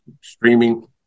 streaming